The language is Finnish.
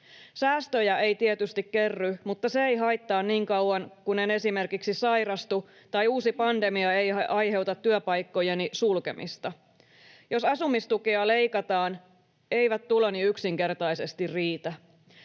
Säästöjä ei tietysti kerry, mutta se ei haittaa niin kauan kuin en esimerkiksi sairastu tai uusi pandemia ei aiheuta työpaikkojeni sulkemista. Jos asumistukea leikataan, eivät tuloni yksinkertaisesti riitä.